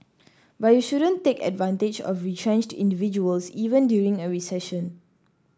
but you shouldn't take advantage of retrenched individuals even during a recession